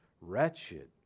Wretched